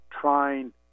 trying